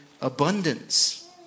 abundance